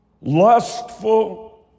lustful